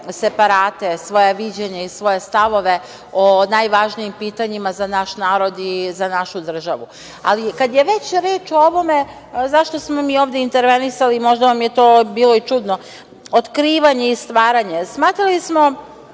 separate, svoje viđenje i svoje stavove o najvažnijim pitanjima za naš narod i za našu državu. Ali, kada je već reč o ovome, zašto smo mi ovde intervenisali? Možda vam je to bilo i čudno - otkrivanje i stvaranje. Smatrali smo